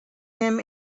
him